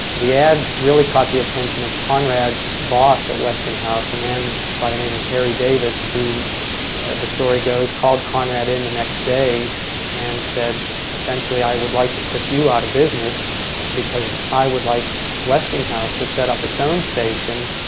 the ad really caught the attention of conrad's boss at westinghouse, a man by the name of harry davis, who and the story goes, called conrad in the next day and said essentially i would like to put you out of business because i would like westinghouse to set up its own station.